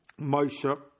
Moshe